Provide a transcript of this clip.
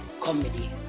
comedy